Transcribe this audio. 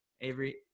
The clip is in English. avery